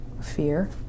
Fear